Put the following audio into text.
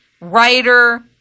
writer